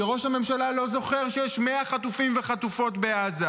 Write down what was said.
שראש הממשלה לא זוכר שיש 100 חטופים וחטופות בעזה?